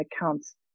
accounts